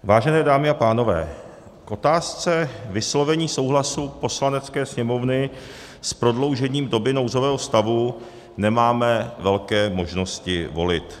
Vážené dámy a pánové, k otázce vyslovení souhlasu Poslanecké sněmovny s prodloužením doby nouzového stavu nemáme velké možnosti volby.